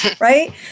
right